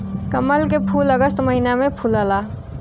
कमल के फूल अगस्त महिना में फुलला